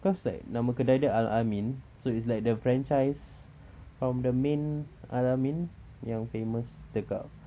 cause like nama kedai dia al-ameen so it's like the franchise from the main al-ameen yang famous dekat